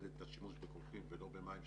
את השימוש בקולחים ולא במים שפירים,